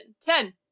Ten